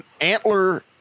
antler